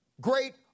great